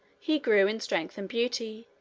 he grew in strength and beauty,